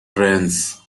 trains